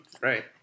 right